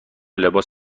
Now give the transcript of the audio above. لباس